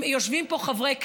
יושבים פה חברי כנסת,